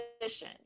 position